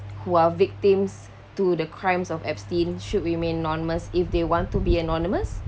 who are victims to the crimes of epstein should remain anonymous if they want to be anonymous